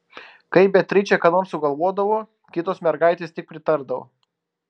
kai beatričė ką nors sugalvodavo kitos mergaitės tik pritardavo